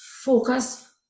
Focus